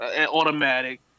automatic